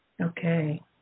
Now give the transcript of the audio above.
Okay